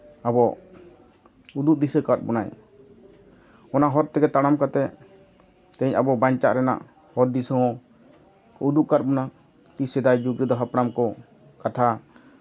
ᱟᱵᱚ ᱩᱫᱩᱜ ᱫᱤᱥᱟᱹ ᱟᱠᱟᱫ ᱵᱚᱱᱟᱭ ᱚᱱᱟ ᱦᱚᱨ ᱛᱮᱜᱮ ᱛᱟᱲᱟᱢ ᱠᱟᱛᱮᱫ ᱛᱮᱦᱤᱧ ᱟᱵᱚ ᱵᱟᱧᱪᱟᱜ ᱨᱮᱱᱟᱜ ᱦᱚᱨ ᱫᱤᱥᱟᱹ ᱦᱚᱸ ᱩᱫᱩ ᱟᱠᱟᱫ ᱵᱚᱱᱟ ᱛᱤᱥ ᱥᱮᱫᱟᱭ ᱡᱩᱜᱽ ᱨᱮᱫᱚ ᱦᱟᱯᱲᱟᱢ ᱠᱚ ᱠᱟᱛᱷᱟ